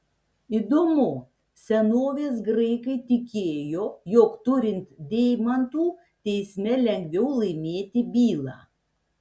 įdomu senovės graikai tikėjo jog turint deimantų teisme lengviau laimėti bylą